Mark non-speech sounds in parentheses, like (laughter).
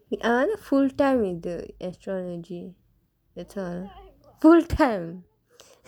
I rather with the full time astrology that's all full time (laughs)